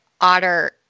Otter